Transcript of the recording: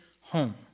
home